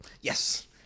Yes